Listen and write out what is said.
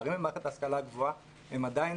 הפערים במערכת ההשכלה הגבוהה הם עדיין